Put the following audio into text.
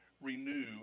renew